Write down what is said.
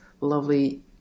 lovely